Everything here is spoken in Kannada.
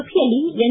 ಸಭೆಯಲ್ಲಿ ಎನ್